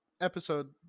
episode